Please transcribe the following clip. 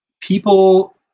people